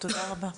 תודה רבה.